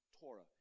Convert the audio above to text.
Torah